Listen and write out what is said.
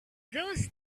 those